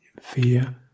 fear